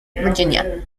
virginia